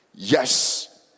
Yes